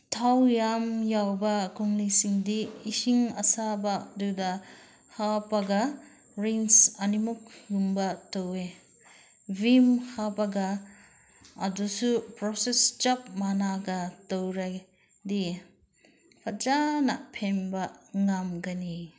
ꯊꯥꯎ ꯌꯥꯝ ꯌꯥꯎꯕ ꯀꯣꯜꯂꯤꯛꯁꯤꯡꯗꯤ ꯏꯁꯤꯡ ꯑꯁꯥꯕꯗꯨꯗ ꯍꯥꯞꯄꯒ ꯔꯤꯟꯁ ꯑꯅꯤꯃꯨꯛꯀꯨꯝꯕ ꯇꯧꯏ ꯚꯤꯝ ꯍꯥꯞꯄꯒ ꯑꯗꯨꯁꯨ ꯄ꯭ꯔꯣꯁꯦꯁ ꯆꯞ ꯃꯥꯟꯅꯒ ꯇꯧꯔꯗꯤ ꯐꯖꯅ ꯐꯦꯡꯕ ꯉꯝꯒꯅꯤ